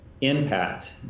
impact